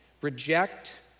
reject